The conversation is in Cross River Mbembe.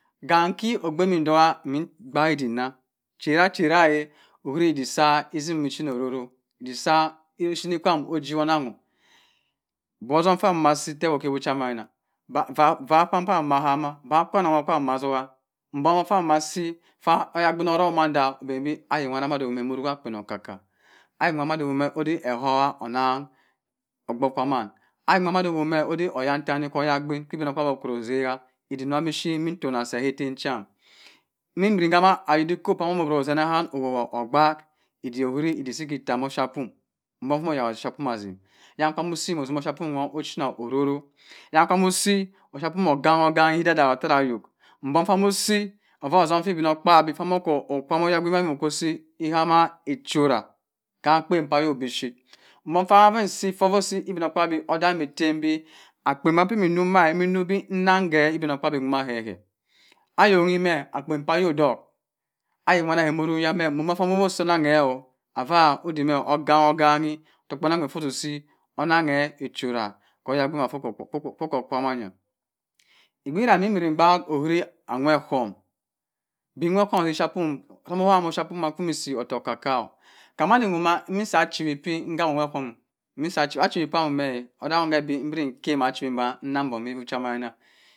. Ganki ogbe nun- ntogha emin mgbaak udi nah chera chera chera eh uhuri idik sah mme cheno aroro edik sah ushini kwan muh ijibhori onunsho busum phamasi tewo hewochamana va pah mahama bah ekwanen nwa kwa kwam mah atogha mbong fah mah asi fah oyagbin otomanda abemi ayok mma oruwa akperi oko-kka oyak nwa mma udumeh ede heh ehuha onang ogbor fah mann ayok mwa mma omme odey oyentaneh oyagbain obiniokpabi okoro oseha idik nobi shep mi ntoma seh heh etem cham mimbirin hama adikop pah moh oboro osinaham owuwa ogbaak idik uwuri idik idik etah moh offia pium mufumo oyagbo offapium asin nwan kwa muh usi moh etimoh offiapuem ochenna ororo nyan kamusi offiapium ogang ogang echidah otera oyok mbum famusi affo oton fuh obinakabi fah moh kuh aqua mah oyagbin nwa okwu usi ehama echora ka akpen kwa ayok bi sheep mah fah mme usi obinokpabi odamme etem bi akpen bah pah muh enuk mah mme bi nangbe obinokpabi mma ehehe ayonhime. akpen pah ayok doh ayok wamama weh muh nyamme mbumofoh mu usi onenghe. affah odey beh ogang oganghe okokk kpenang kpen fuh musi onenghe echora oyagbimwa kwu kwo kwamanya igbirah mbi buren mgbaak ohiri anwa okom bi noh okum heh effiapium, kwamoh oham offiapium bhe nsi otokk oko- kka kamande nwomma mbisa achewepi ngamuhakom minsa achewi achewe peh womme odagham kah adey mbiri kemma achi boh nungho hewu chamana